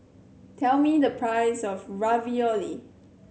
tell me the price of Ravioli